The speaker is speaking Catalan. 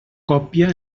còpia